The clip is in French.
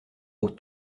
aux